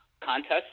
contest